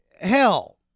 Hell